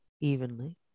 evenly